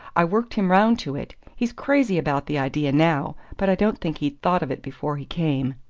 i worked him round to it! he's crazy about the idea now but i don't think he'd thought of it before he came.